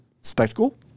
spectacle